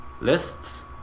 lists